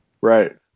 right